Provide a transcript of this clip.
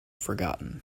forgotten